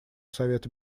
совета